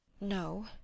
no